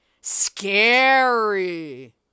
scary